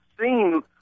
seen